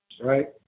right